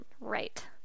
right